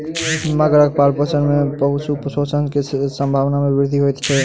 मगरक पालनपोषण में पशु शोषण के संभावना में वृद्धि होइत अछि